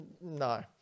No